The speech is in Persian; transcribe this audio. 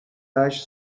هشت